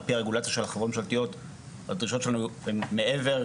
לפי הרגולציה של החברות הממשלתיות ההוצאות הן מעבר,